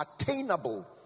attainable